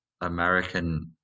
American